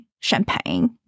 Champagne